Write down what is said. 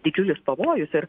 didžiulis pavojus ir